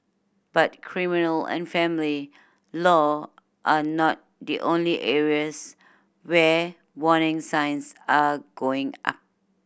but criminal and family law are not the only areas where warning signs are going up